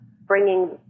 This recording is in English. bringing